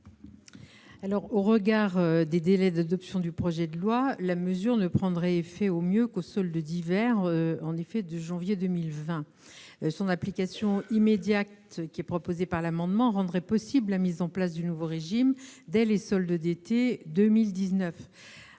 Compte tenu des délais d'adoption du projet de loi, la mesure ne prendrait effet, au mieux, qu'aux soldes d'hiver de janvier 2020. Son application immédiate, proposée par les auteurs de l'amendement, rendrait possible la mise en place du nouveau régime dès les soldes d'été de 2019.